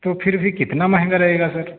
تو پھر بھی کتنا مہنگا رہے گا سر